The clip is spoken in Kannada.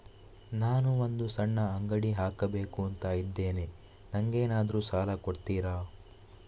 ನಾನು ಒಂದು ಸಣ್ಣ ಅಂಗಡಿ ಹಾಕಬೇಕುಂತ ಇದ್ದೇನೆ ನಂಗೇನಾದ್ರು ಸಾಲ ಕೊಡ್ತೀರಾ?